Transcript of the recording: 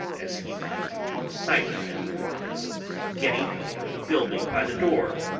as he might lose sight of him whilst getting out of the building by the door.